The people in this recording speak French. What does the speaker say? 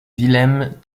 wilhelm